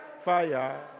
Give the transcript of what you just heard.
fire